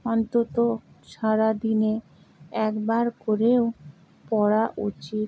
অন্তত সারা দিনে একবার করেও পড়া উচিত